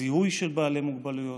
הזיהוי של בעלי מוגבלויות,